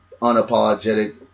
unapologetic